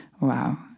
Wow